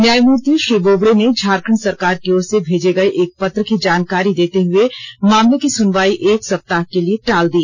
न्यायमूर्ति श्री बोबडे ने झारखंड सरकार की ओर से भेजे गये एक पत्र की जानकारी देते हुए मामले की सुनवाई एक सप्ताह के लिए टाल दी